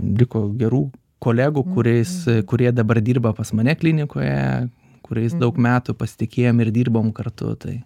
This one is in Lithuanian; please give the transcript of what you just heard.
liko gerų kolegų kuriais kurie dabar dirba pas mane klinikoje kuriais daug metų pasitikėjom ir dirbom kartu tai